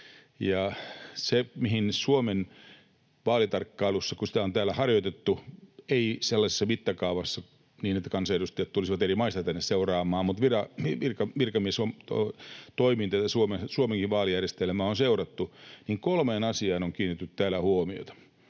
Se, mihin Suomen vaalitarkkailussa, kun sitä on täällä harjoitettu — ei sellaisessa mittakaavassa, että kansanedustajat tulisivat eri maista tänne seuraamaan, mutta virkamiestoimin tätä Suomenkin vaalijärjestelmää on seurattu — on kiinnitetty huomiota,